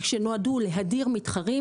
ושנועדו להדיר מתחרים,